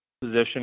position